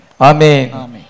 Amen